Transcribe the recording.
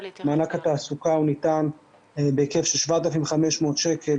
מענק התעסוקה ניתן בהיקף של 7,500 שקל